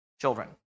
children